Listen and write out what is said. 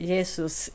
Jesus